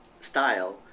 style